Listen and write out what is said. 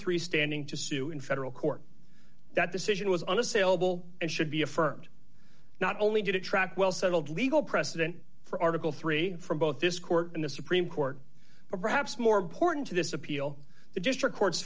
three standing to sue in federal court that decision was unassailable and should be affirmed not only detract well settled legal precedent for article three from both this court and the supreme court but perhaps more important to this appeal the district court